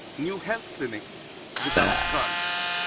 new health clinics without drugs,